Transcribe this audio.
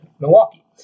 Milwaukee